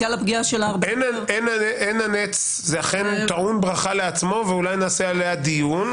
עין הנץ זה אכן טעון ברכה לעצמו ואולי נעשה עליה דיון.